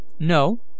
No